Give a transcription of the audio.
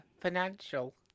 Financial